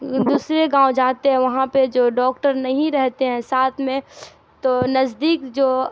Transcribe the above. دوسرے گاؤں جاتے ہیں وہاں پہ جو ڈاکٹر نہیں رہتے ہیں ساتھ میں تو نزدیک جو